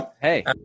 Hey